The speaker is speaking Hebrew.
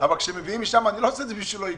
אבל כשמביאים משם אני לא עושה את זה בשביל שלא יקנו,